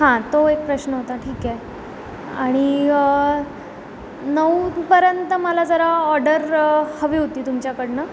हां तो एक प्रश्न होता ठीक आहे आणि नऊपर्यंत मला जरा ऑर्डर हवी होती तुमच्याकडनं